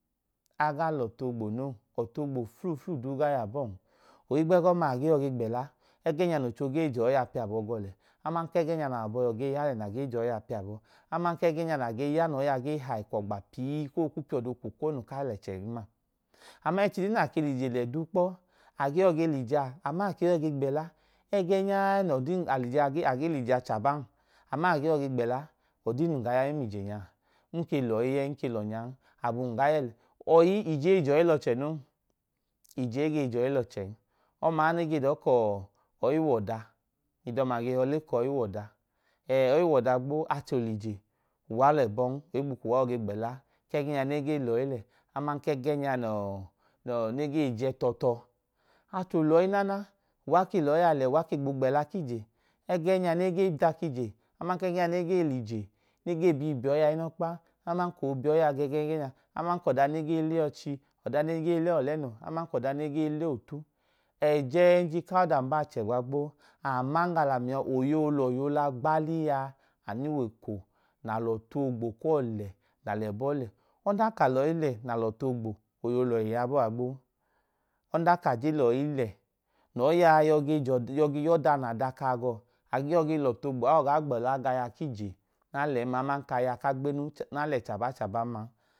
Agaa lọtu ogbonon, ọtugbo flaflun dun gaa yabọn ohigbe gọma age yọge gbela ẹgẹnya n’ọwọicho gee joyi a piagọ go le aman ke geenya nawo abọiyọ gee halẹ naa gee joyi a piabo aman kegenya nage ya noi a ge hai kwogbe pii koo ku p’iọdo bi kwokonel kalẹchẹnma. Aman echi duu na ke liye lẹ duu kpo, agee yoge l’ije a aman akeyọ ge gbela egeenyaa agee lije a chaban ama age yo ge gbẹla, ọdi nun gaa ya mẹmije nyaa, nke lọyi en, nke lo̱nyan abun gaa yele. Ọyi ijei jọyi lọchẹ non, ije ige jọyi lọchen ọmaya nege dọọkọọ ọyiwoda, idọma gee họọ lekọọ oyi wọɗa, ọyi wọda gɓoo. Acho lije uwa lẹbon hugbu kwu yo ge gbela kẹẹgenya negee lọyi lẹ aman kẹ gẹẹ lọyi le aman ẹgẹẹnya nọọ nọọọ ne ge je tọọ tọọ. Acho lọyi nana, uwa ke lẹyi a le uwa ke gboo gbela kije, ẹgẹẹ nya nẹ ge dak’ije aman kẹ ẹgẹnya ne ge lije negee bi ibọyia unọkpa aman koo biọyi a gẹgẹ ẹgẹẹ nya, aman kọ da negee le ọchi ọda ne gee le ọlenọ aman kọda negee le ohu. Ẹjenj kaọda mbaa chẹgba gboo aman ga lamia oyẹyi o lọ hi olaa gbalii a anu we ko na lo̱tu ogbo kuwo lẹ na lebọ lẹ. Ọdan ka lo̱yi le na lọtu ogbo, oyi olo, oyeyi olọhi yabọọ a gboo. Onda ka je lọyi le noyi a yọ gọ gi yọda na daka gọọ ig yọ ge lotu ogbo a o gaa gbela gaya je na len man aman kaya ka gbenu na le chaba chaban man.